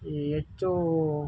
ಈ ಹೆಚ್ಚು